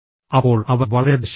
അപ്പോൾ അവർ വളരെ ദേഷ്യപ്പെട്ടു